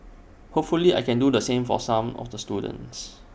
hopefully I can do the same for some of the students